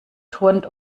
turnt